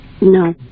No